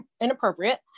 inappropriate